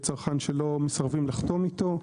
צרכן שמסרבים לחתום איתו,